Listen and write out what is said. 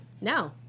no